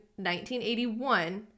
1981